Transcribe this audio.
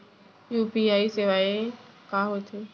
UPI सेवाएं का होथे?